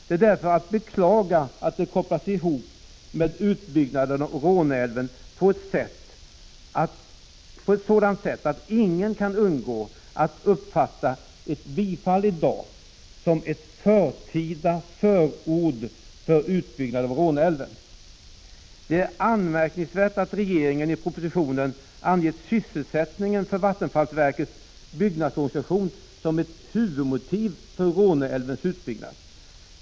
Det är därför att beklaga att det kopplas ihop med utbyggnaden av Råneälven på ett sådant sätt att ingen kan undgå att uppfatta ett bifall i dag som ett förtida förord för utbyggnad av Råneälven. Det är anmärkningsvärt att regeringen i propositionen har angett syssel 177 Prot. 1985/86:54 = sättningen för vattenfallsverkets byggnadsorganisation som ett huvudmotiv 17 december 1985 för Råneälvens utbyggnad.